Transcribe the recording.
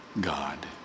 God